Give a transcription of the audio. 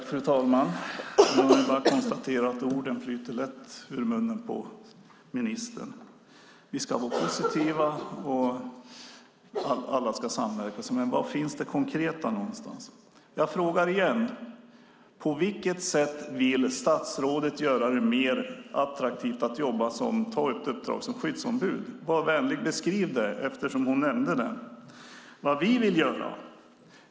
Fru talman! Jag kan bara konstatera att orden flyter lätt ur munnen på ministern. Vi ska vara positiva och alla ska samverka. Men var finns det konkreta? Jag frågar igen: På vilket sätt vill statsrådet göra det mer attraktivt att ta ett uppdrag som skyddsombud? Var vänlig och beskriv det. Arbetsmarknadsministern nämnde nämligen det.